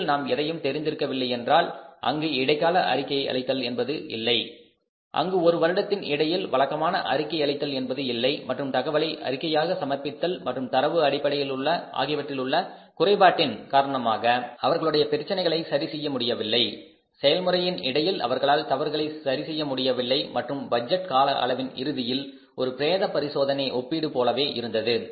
இடையில் நாம் எதையும் தெரிந்திருக்கவில்லை ஏனென்றால் அங்கு இடைக்கால அறிக்கையை அளித்தல் என்பது இல்லை அங்கு ஒரு வருடத்தின் இடையில் வழக்கமான அறிக்கை அளித்தல் என்பது இல்லை மற்றும் தகவலை அறிக்கையாக சமர்ப்பித்தல் மற்றும் தரவு ஆகியவற்றிலுள்ள குறைபாட்டின் காரணமாக அவர்களுடைய பிரச்சனைகளை சரி செய்ய முடியவில்லை செயல்முறையின் இடையில் அவர்களால் தவறுகளை சரிசெய்ய முடியவில்லை மற்றும் பட்ஜெட் கால அளவின் இறுதியில் ஒரு பிரேத பரிசோதனை ஒப்பீடு போலவே இருந்தது